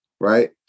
Right